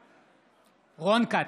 בעד רון כץ,